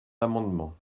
l’amendement